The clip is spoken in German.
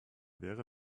wäre